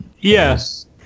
Yes